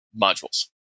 modules